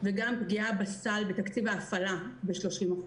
וגם פגיעה בסל, בתקציב ההפעלה, ב-30%.